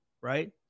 right